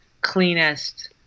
cleanest